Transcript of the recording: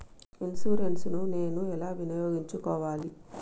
Insurance ని నేను ఎలా వినియోగించుకోవాలి?